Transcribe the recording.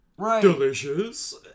Delicious